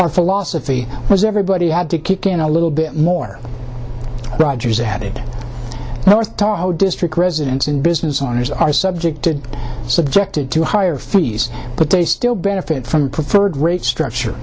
our philosophy was everybody had to kick in a little bit more rogers added north to how district residents and business owners are subject to subjected to higher fees but they still benefit from preferred rate structure